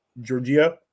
Georgia